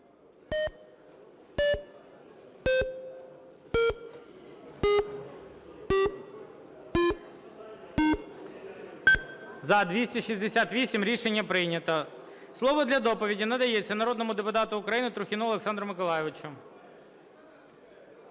За-268 Рішення прийнято. Слово для доповіді надається народному депутату України Трухіну Олександру Миколайовичу.